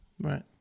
Right